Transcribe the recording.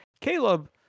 Caleb